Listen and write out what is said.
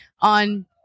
on